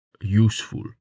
useful